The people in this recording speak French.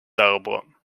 arbres